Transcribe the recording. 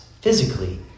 physically